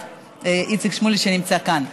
איציק שמולי, שנמצא כאן.